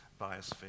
biosphere